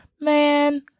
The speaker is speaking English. man